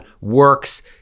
works